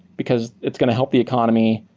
because it's going to help the economy,